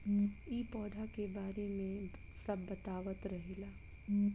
इ पौधा के बारे मे सब बतावत रहले